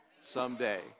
someday